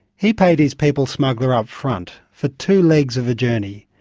he paid his people smuggler upfront for two legs of a journey,